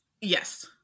Yes